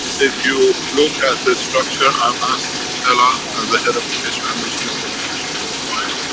if you look at the structure, i've asked ella, as the head of the keshe foundation organization worldwide,